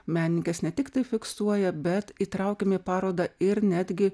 menininkės ne tiktai fiksuoja bet įtraukiam į parodą ir netgi